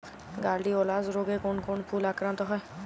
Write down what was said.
Gladiolus রোগে কোন কোন ফুল আক্রান্ত হয়?